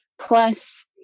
plus